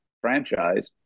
franchise